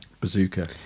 Bazooka